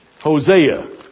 Hosea